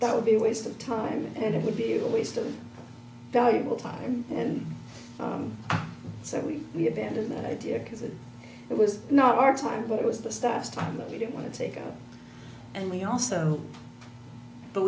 that would be a waste of time and it would be a waste of valuable time and so we we abandoned that idea because it was no more time but it was the staff's time that we didn't want to take it and we also but